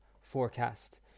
Forecast